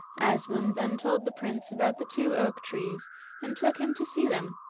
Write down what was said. asmund then told the prince about the two oak trees and took him to see them.